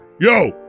yo